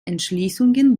entschließungen